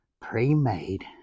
pre-made